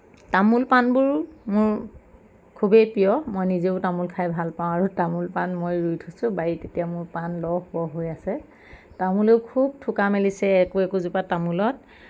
তামোলপাণবোৰ মোৰ খুবেই প্ৰিয় মই নিজেও তামোল খাই ভাল পাওঁ আৰু তামোলপাণ মই ৰুই থৈছোঁ বাৰীত মোৰ পাণ লহপহ হৈ আছে তামোলো খুব থোকা মেলিছে একো একোজোপা তামোলত